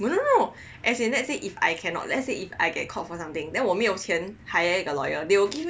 no no no let's say if I cannot let's say if I get caught for something then 我没有钱 hired 一个 lawyer they will give me a lawyer [what]